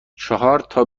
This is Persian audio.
چهارتا